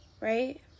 right